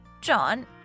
John